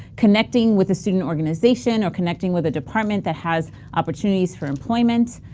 connecting with a student organization, or connecting with a department that has opportunities for employment,